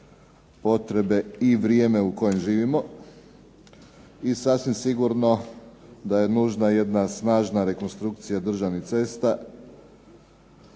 potrebe i vrijeme u kojem živimo i sasvim sigurno da je nužna jedna snažna rekonstrukcija državnih cesta